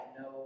no